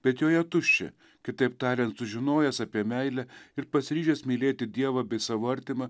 bet joje tuščia kitaip tariant sužinojęs apie meilę ir pasiryžęs mylėti dievą bei savo artimą